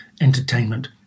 entertainment